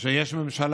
כאשר יש ממשלה,